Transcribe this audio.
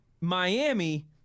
Miami